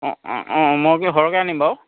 অ' অ' অ' মই কিন্তু সৰহকৈ আনিম বাৰু